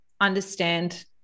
understand